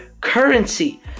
currency